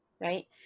Right